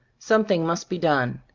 something must be done.